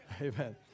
amen